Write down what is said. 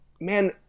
man